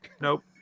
Nope